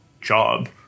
job